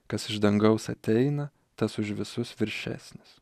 kas iš dangaus ateina tas už visus viršesnis